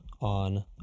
on